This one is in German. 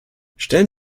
stellen